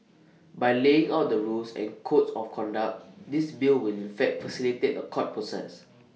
by laying out the rules and codes of conduct this bill will in fact facilitate A court process